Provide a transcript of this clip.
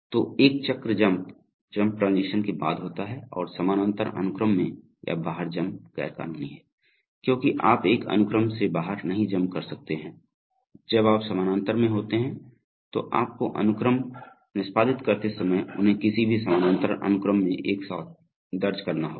तो एक चक्र जम्प जम्प ट्रांजीशन के बाद होता है और समानांतर अनुक्रम में या बाहर जम्प गैरकानूनी है क्योंकि आप एक अनुक्रम से बाहर नहीं जम्प कर सकते हैं जब आप समानांतर में होते हैं तो आपको अनुक्रम निष्पादित करते समय उन्हें किसी भी समानांतर अनुक्रम में एक साथ दर्ज करना होगा